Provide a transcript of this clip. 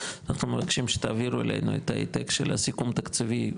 אנחנו מבקשים שתעבירו אלינו את העתק של הסיכום התקציבי,